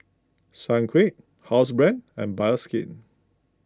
Sunquick Housebrand and Bioskin